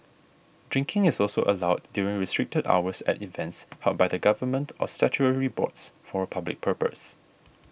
drinking is also allowed during restricted hours at events held by the Government or statutory boards for a public purpose